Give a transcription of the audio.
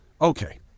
okay